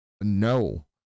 no